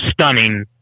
stunning